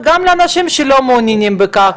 וגם לאנשים שלא מעוניינים בכך,